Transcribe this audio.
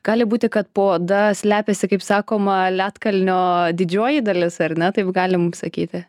gali būti kad po oda slepiasi kaip sakoma ledkalnio didžioji dalis ar ne taip galim sakyti